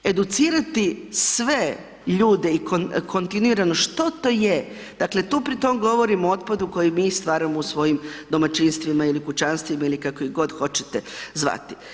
Educirati sve ljude i kontinuirano što to je, dakle tu pri tome govorimo o otpadu koji mi stvaramo u svojim domaćinstvima ili kućanstvima ili kako ih god hoćete zvati.